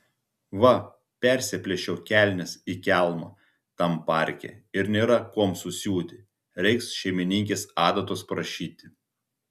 va persiplėšiau kelnes į kelmą tam parke ir nėra kuom susiūti reiks šeimininkės adatos prašyti